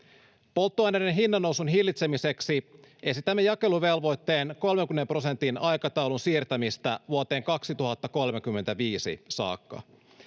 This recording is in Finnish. Polttoaineiden hinnannousun hillitsemiseksi esitämme jakeluvelvoitteen 30 prosentin aikataulun siirtämistä vuoteen 2035 saakka.